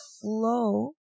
flow